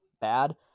bad